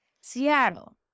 Seattle